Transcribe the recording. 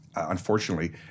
Unfortunately